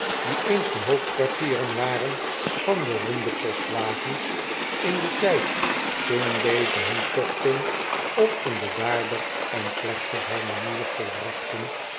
die eens de hoofdkwartieren waren van beroemde postwagens in den tijd toen deze hun tochten op een bedaarder en plechtiger manier volbrachten